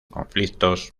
conflictos